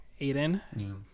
Aiden